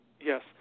Yes